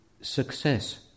success